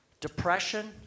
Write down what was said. depression